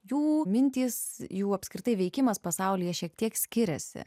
jų mintys jų apskritai veikimas pasaulyje šiek tiek skiriasi